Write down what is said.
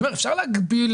אפשר להגביל,